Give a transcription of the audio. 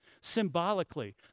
symbolically